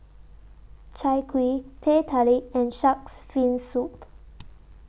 Chai Kuih Teh Tarik and Shark's Fin Soup